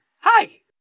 hi